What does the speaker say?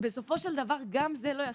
בסופו של דבר גם זה לא יספיק.